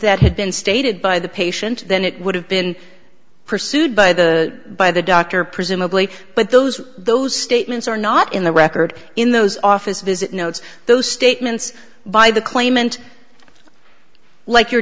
that had been stated by the patient then it would have been pursued by the by the doctor presumably but those those statements are not in the record in those office visit notes those statements by the claimant like you're